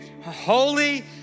Holy